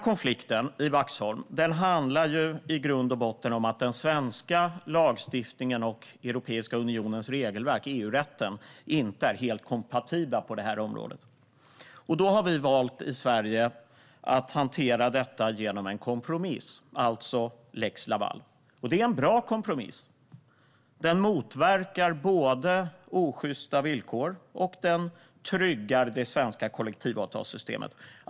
Konflikten i Vaxholm handlar i grund och botten om att den svenska lagstiftningen och Europeiska unionens regelverk, EU-rätten, inte är helt kompatibla. I Sverige har vi valt att hantera detta genom en kompromiss, alltså lex Laval. Lex Laval är en bra kompromiss, som både motverkar osjysta villkor och tryggar det svenska kollektivavtalssystemet.